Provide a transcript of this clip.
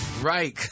right